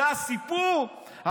זה הסיפור?